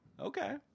Okay